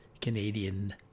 Canadian